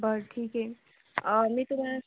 बर ठीक आहे नाही तर